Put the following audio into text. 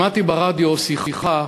שמעתי ברדיו שיחה